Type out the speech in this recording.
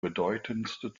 bedeutendste